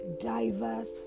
diverse